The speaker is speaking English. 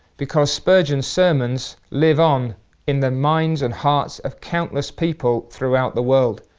because spurgeon sermons live on in the minds and hearts of countless people throughout the world.